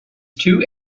two